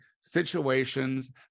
situations